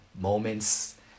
moments